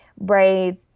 braids